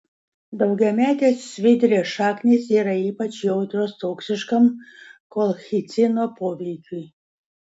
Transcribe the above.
daugiametės svidrės šaknys yra ypač jautrios toksiškam kolchicino poveikiui